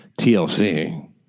TLC